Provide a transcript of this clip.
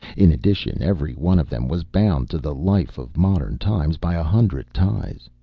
in addition, every one of them was bound to the life of modern times by a hundred ties.